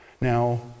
Now